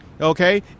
Okay